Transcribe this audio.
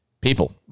people